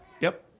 yep,